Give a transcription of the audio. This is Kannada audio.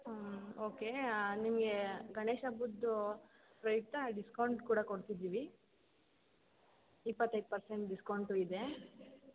ಹ್ಞೂ ಓಕೆ ನಿಮಗೆ ಗಣೇಶ ಹಬ್ಬದ್ದು ಪ್ರಯುಕ್ತ ಡಿಸ್ಕೌಂಟ್ ಕೂಡ ಕೊಡ್ಸಿದ್ದೀವಿ ಇಪ್ಪತ್ತೈದು ಪರ್ಸೆಂಟ್ ಡಿಸ್ಕೌಂಟು ಇದೆ